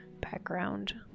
background